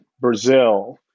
Brazil